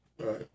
Right